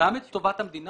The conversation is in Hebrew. גם את טובת המדינה.